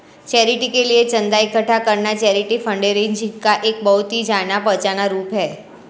charity के लिए चंदा इकट्ठा करना चैरिटी फंडरेजिंग का एक बहुत ही जाना पहचाना रूप है